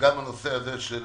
גם הנושא הזה של